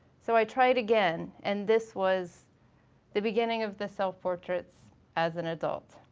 so i tried again and this was the beginning of the self-portraits as an adult.